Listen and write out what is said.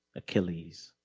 achilles,